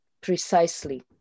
precisely